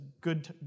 good